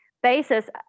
basis